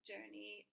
journey